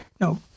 no